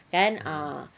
kan ah